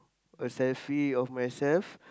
a selfie of myself